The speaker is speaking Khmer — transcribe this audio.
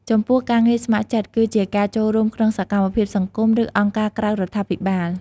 ចំពោះការងារស្ម័គ្រចិត្តគឺជាការ ចូលរួមក្នុងសកម្មភាពសង្គម ឬអង្គការក្រៅរដ្ឋាភិបាល។